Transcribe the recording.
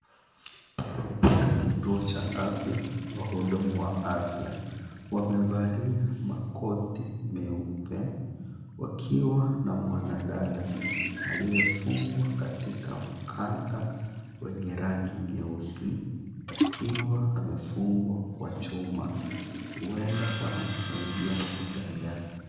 Katika kituo cha afya. Wahudumu wa afya wamevalia makoti meupe wakiwa na mwadada aliyefungwa katika mkanda wenye rangi nyeusi akiwa amefungwa kwa chuma. Huenda wanamsaidia kutembea.